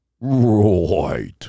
Right